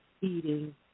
eating